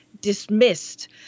dismissed